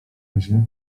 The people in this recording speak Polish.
razie